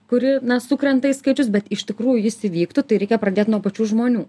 kuri na sukrenta į skaičius bet iš tikrųjų jis įvyktų tai reikia pradėt nuo pačių žmonių